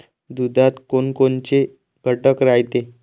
दुधात कोनकोनचे घटक रायते?